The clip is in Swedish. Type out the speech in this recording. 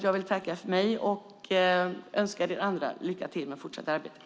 Jag vill tacka för mig och önska er andra lycka till med det fortsatta arbetet.